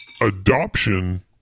adoption